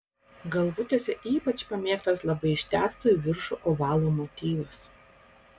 galvutėse ypač pamėgtas labai ištęsto į viršų ovalo motyvas